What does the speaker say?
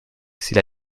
c’est